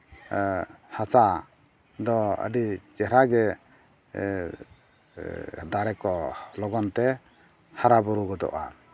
ᱦᱟᱥᱟ ᱫᱚ ᱟᱹᱰᱤ ᱪᱮᱨᱦᱟᱜᱮ ᱫᱟᱨᱮ ᱠᱚ ᱞᱚᱜᱚᱱᱛᱮ ᱦᱟᱨᱟ ᱵᱩᱨᱩ ᱜᱚᱫᱚᱜᱼᱟ